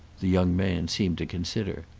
the young man seemed to consider.